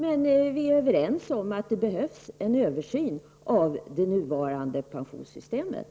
Men vi är överens om att det behövs en översyn av det nuvarande pensionssystemet.